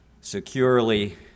securely